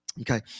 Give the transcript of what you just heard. Okay